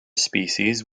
species